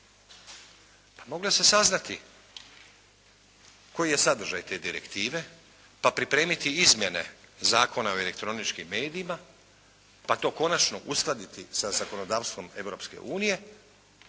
Pa moglo se saznati koji je sadržaj te direktive, pa pripremiti Izmjene zakona o elektroničkim medijima, pa to konačno uskladiti sa zakonodavstvom